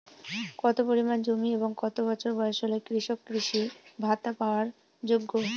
কত পরিমাণ জমি এবং কত বছর বয়স হলে কৃষক কৃষি ভাতা পাওয়ার যোগ্য?